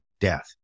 death